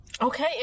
Okay